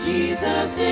Jesus